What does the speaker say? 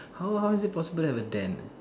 how how is it possible to have a tent